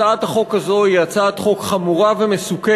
הצעת החוק הזו היא הצעת חוק חמורה ומסוכנת,